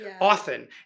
often